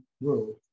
world